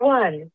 one